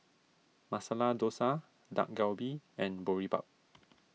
Masala Dosa Dak Galbi and Boribap